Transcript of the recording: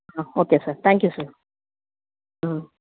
okay sir thank you sir